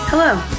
Hello